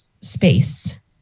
space